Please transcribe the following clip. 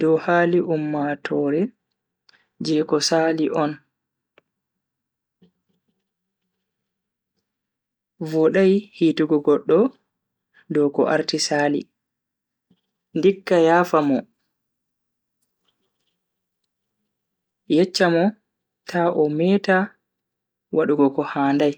dow hali ummatoore je ko Sali on, vodai hitugo goddo dow ko arti Sali. ndikka yafa mo yeccha mo ta o meta wadugo ko handai.